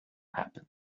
happen